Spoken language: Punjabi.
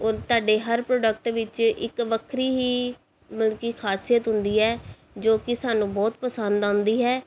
ਉਹ ਤੁਹਾਡੇ ਹਰ ਪ੍ਰੋਡਕਟ ਵਿੱਚ ਇੱਕ ਵੱਖਰੀ ਹੀ ਮਤਲਬ ਕਿ ਖਾਸੀਅਤ ਹੁੰਦੀ ਹੈ ਜੋ ਕਿ ਸਾਨੂੰ ਬਹੁਤ ਪਸੰਦ ਆਉਂਦੀ ਹੈ